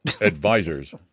advisors